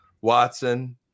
Watson